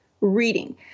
reading